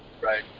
Right